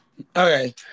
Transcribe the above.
Okay